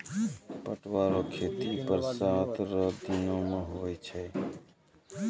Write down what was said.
पटुआ रो खेती बरसात रो दिनो मे हुवै छै